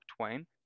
Twain